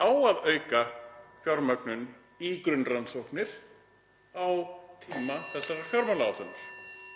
Á að auka fjármögnun í grunnrannsóknir á tíma þessarar fjármálaáætlunar?